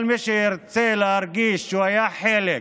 כל מי שירצה להרגיש שהוא היה חלק,